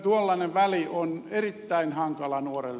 tuollainen väli on erittäin hankala nuorelle